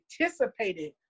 anticipated